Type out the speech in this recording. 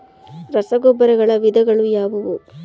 ರಸಗೊಬ್ಬರಗಳ ವಿಧಗಳು ಯಾವುವು?